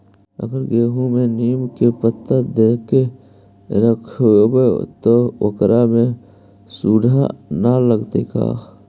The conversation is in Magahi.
अगर गेहूं में नीम के पता देके यखबै त ओकरा में सुढि न लगतै का?